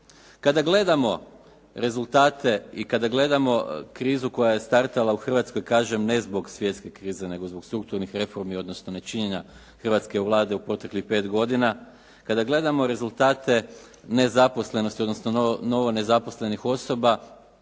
Kada gledamo rezultate i kada gledamo krizu koja je startala u Hrvatskoj kažem ne zbog svjetske krize nego zbog strukturnih reformi odnosno nečinjenja hrvatske Vlade u proteklih pet godina. Kada gledamo rezultate nezaposlenosti odnosno novonezaposlenih osoba